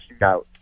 shootout